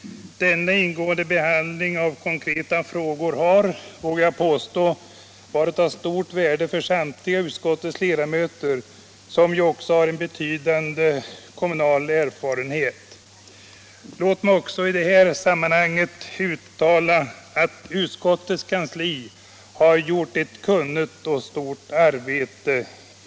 Denna ingående behandling av konkreta frågor har, vågar jag påstå, varit av stort värde för samtliga utskottets ledamöter, som ju också har en betydande kommunal erfarenhet. ; Låt mig också i detta sammanhang uttala att utskottets kansli har gjort ett kunnigt och stort arbete.